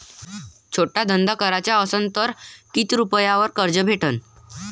छोटा धंदा कराचा असन तर किती रुप्यावर कर्ज भेटन?